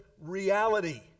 reality